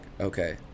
okay